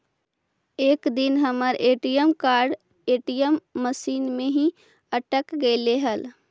एक दिन हमर ए.टी.एम कार्ड ए.टी.एम मशीन में ही अटक गेले हल